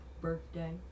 birthday